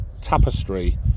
tapestry